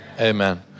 amen